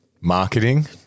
marketing